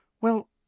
Well